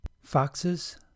Foxes